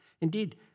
Indeed